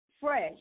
fresh